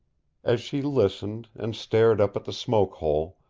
as she listened, and stared up at the smoke hole,